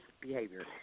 behavior